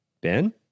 Ben